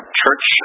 church